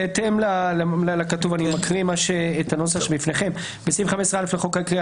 בהתאם לכתוב אני מקריא את הנוסח שבפניכם: בסעיף 15(א) לחוק העיקרי,